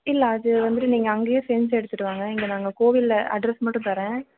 இல்லை அது வந்துட்டு நீங்கள் அங்கேயே செஞ்சு எடுத்துட்டு வாங்க இங்கே நாங்கள் கோவிலில் அட்ரஸ் மட்டும் தர்றேன்